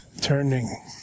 turning